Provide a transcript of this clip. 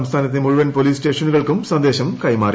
സംസ്ഥാനത്തെ മുഴുവൻ പോലീസ് സ്റ്റേഷനുകൾക്കും സന്ദേശം കൈമാറി